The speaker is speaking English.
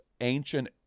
ancient